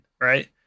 right